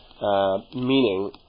meaning